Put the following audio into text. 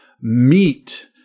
meet